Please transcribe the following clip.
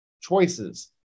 choices